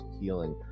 healing